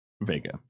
Vega